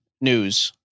news